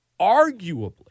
arguably